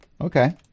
Okay